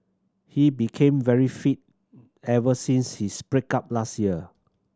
he became very fit ever since his break up last year